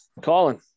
Colin